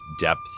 depth